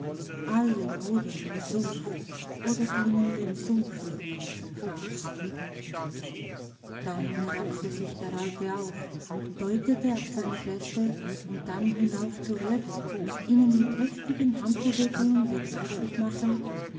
alle modern im sumpf oder dienen den sumpfwürmern zum fraß dann raffte sich der alte auf deutete auf seine gäste und dann hinauf zur erde ihnen mit heftigen handbewegungen begreiflich machend